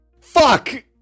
fuck